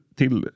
till